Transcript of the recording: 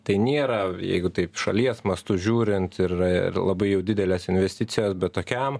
tai nėra jeigu taip šalies mastu žiūrint ir ir labai jau didelės investicijos bet tokiam